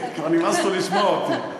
כבר נמאס לו לשמוע אותי.